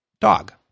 dog